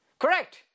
Correct